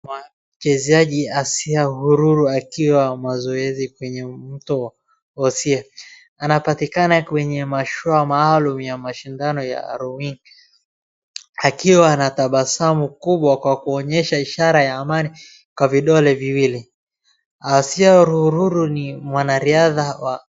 Mchezaji Asiya Sururu akiwa mazoezi kwenye mto Oise. Anapatikana kwenye mashua maalum ya mashindano ya olimpiki, akiwa anatabasamu kubwa kwa kuonyesha ishara ya amani kwa vidole viwili. Asiya Sururu ni mwanariadha.